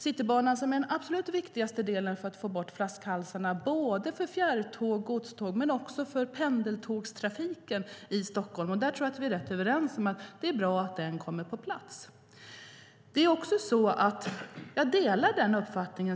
Citybanan är den absolut viktigaste delen för att få bort flaskhalsarna för fjärrtågen, godstågen och pendeltågstrafiken i Stockholm. Vi är rätt överens om att det är bra att Citybanan kommer på plats. Jag delar Jens Holms uppfattning